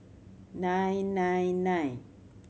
nine nine nine